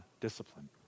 discipline